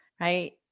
right